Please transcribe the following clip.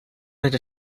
rere